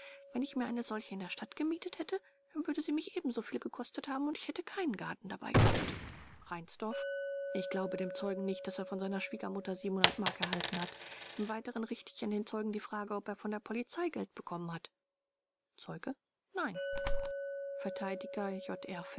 wenn ich mir eine solche in der stadt gemietet hätte dann würde sie mich ebensoviel gekostet haben und ich hätte keinen garten dabei gehabt reinsdorf ich glaube dem zeugen nicht daß er von seiner schwiegermutter mark erhalten hat im weiteren richte ich an den zeugen die frage ob er von der polizei geld bekommen hat zeuge nein